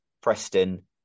Preston